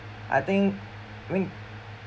I think mi~